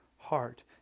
heart